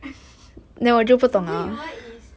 the the way you are is